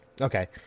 Okay